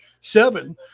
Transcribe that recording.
seven